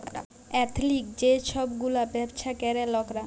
এথলিক যে ছব গুলা ব্যাবছা ক্যরে লকরা